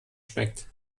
schmeckt